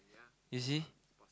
you see